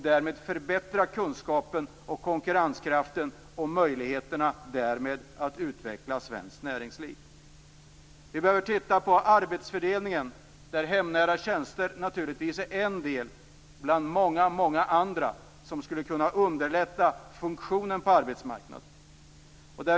Därmed förbättras kunskapen, konkurrenskraften och möjligheterna att utveckla svenskt näringsliv. Vi behöver titta på arbetsfördelningen. Hemnära tjänster är naturligtvis en sak bland många andra som skulle kunna underlätta funktionerna på arbetsmarknaden.